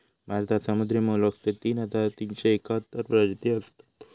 भारतात समुद्री मोलस्कचे तीन हजार तीनशे एकाहत्तर प्रजाती असत